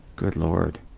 good lord.